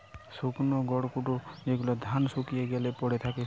শুকনো খড়কুটো যেগুলো ধান শুকিয়ে গ্যালে পড়ে থাকে